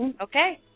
Okay